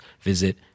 visit